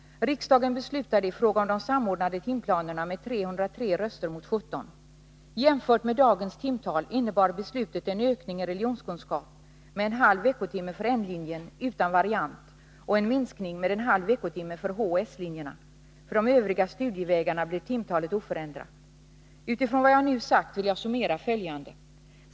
Utifrån vad jag nu sagt vill jag summera följande.